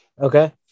Okay